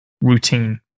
routine